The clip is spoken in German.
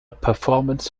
performance